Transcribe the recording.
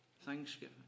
Thanksgiving